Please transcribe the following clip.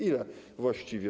Ile właściwie?